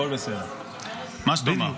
הכול בסדר, מה שתאמר.